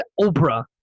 Oprah